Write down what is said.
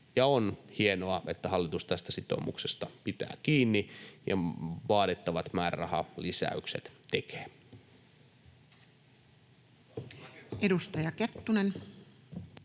On hienoa, että hallitus tästä sitoumuksesta pitää kiinni ja vaadittavat määrärahalisäykset tekee. [Saku Nikkanen: